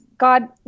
God